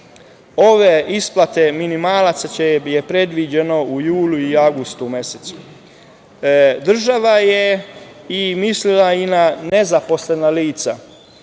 Ove isplate minimalaca je predviđeno u julu i avgustu mesecu. Država je mislila i na nezaposlena lica.